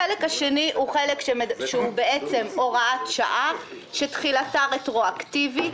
החלק השני הוא בעצם הוראת שעה שתחילתה רטרואקטיבית,